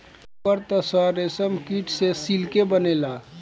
ओकर त सर रेशमकीट से सिल्के बनेला